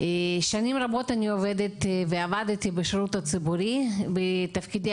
שנים רבות אני עובדת ועבדתי בשירות הציבורי בתפקידי